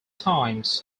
times